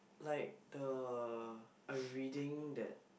like the I reading that